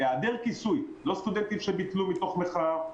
לא סטודנטים שביטלו מתוך מחאה,